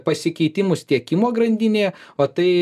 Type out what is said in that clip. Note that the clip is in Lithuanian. pasikeitimus tiekimo grandinėje o tai